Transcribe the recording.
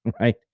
right